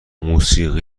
موسیقی